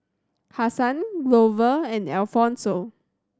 Hassan Glover and Alfonso